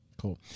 Cool